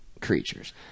creatures